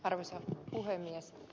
arvoisa puhemies